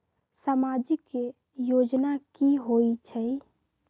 समाजिक योजना की होई छई?